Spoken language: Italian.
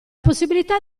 possibilità